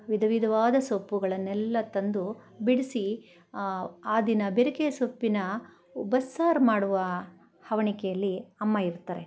ವಿಧ ವಿಧವಾದ ಸೊಪ್ಪುಗಳನ್ನೆಲ್ಲ ತಂದು ಬಿಡಿಸಿ ಆ ದಿನ ಬೆರಿಕೆ ಸೊಪ್ಪಿನ ಬಸ್ಸಾರು ಮಾಡುವ ಹವಣಿಕೆಯಲ್ಲಿ ಅಮ್ಮ ಇರ್ತಾರೆ